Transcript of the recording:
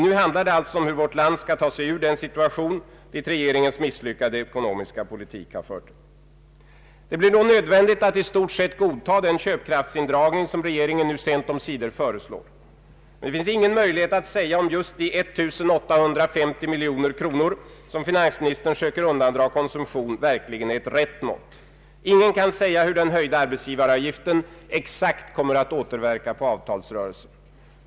Nu handlar det alltså om hur vårt land skall ta sig ur den situation dit regeringens misslyckade ekonomiska politik fört det. Det blir då nödvändigt att i stort sett godta den köpkraftsindragning regeringen sent omsider föreslår. Men det finns ingen möjlighet att säga om just de 1850 miljoner kronor som finansministern söker undandra konsumtion verkligen är ett rätt mått. Ingen kan säga hur den höjda arbetsgivaravgiften exakt kommer att återverka på avtalsrörelsen.